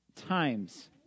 times